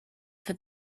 for